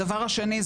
הדבר השני,